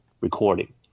recording